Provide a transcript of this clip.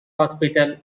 hospital